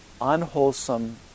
unwholesome